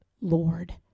Lord